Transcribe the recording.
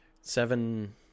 Seven